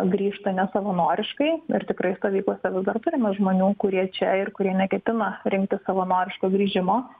grįžta nesavanoriškai ir tikrai stovyklose vis dar turime žmonių kurie čia ir kurie neketina rinktis savanoriško grįžimo